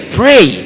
pray